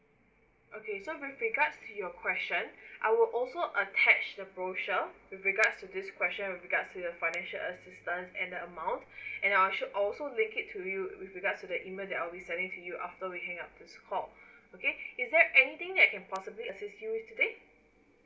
okay so with regards to your question I will also attach the brochure with regards to this question with regards to the financial assistance and the amount and uh I'll also leave it to you with regards to the email that I'll be sending to you after reaching up the call okay is there anything that I can possibly assist you today